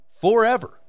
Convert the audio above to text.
forever